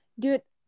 dude